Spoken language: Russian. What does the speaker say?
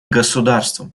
государством